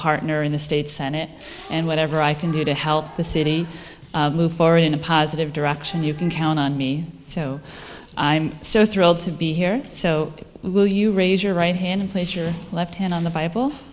partner in the state senate and whatever i can do to help the city move forward in a positive direction you can count on me so i'm so thrilled to be here so will you raise your right hand and place your left hand on the